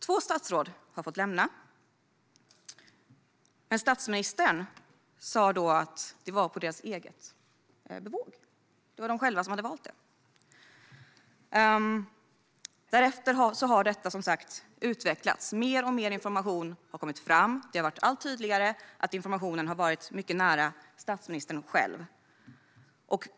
Två statsråd har fått lämna regeringen, men statsministern sa att det var på deras egen önskan och att det var de själva som hade valt det. Därefter har detta utvecklats. Mer och mer information har kommit fram, och det har blivit allt tydligare att informationen har varit mycket nära statsministern själv.